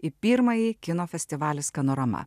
į pirmąjį kino festivalį skanorama